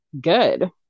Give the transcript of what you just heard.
good